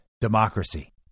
democracy